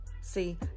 see